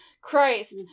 Christ